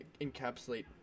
encapsulate